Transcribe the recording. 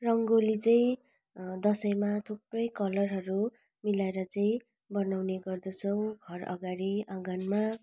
रङ्गोली चाहिँ दसैँमा थुप्रै कलरहरू मिलाएर चाहिँ बनाउने गर्दछौँ घर अघाडि आँगनमा